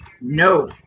No